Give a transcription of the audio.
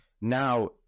now